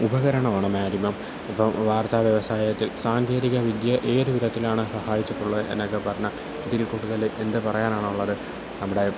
ഉപകരണമാണ് മാധ്യമം ഇപ്പോള് വാർത്ത വ്യവസായത്തിൽ സാങ്കേതിക വിദ്യ ഏത് വിധത്തിലാണ് സഹായിച്ചിട്ടുള്ളത് എന്നൊക്കെ പറഞ്ഞാല് ഇതിന് കൂടുതല് എന്തു പറയാനാണുള്ളത് നമ്മുടെ